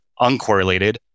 uncorrelated